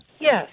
Yes